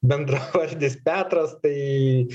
bendravardis petras tai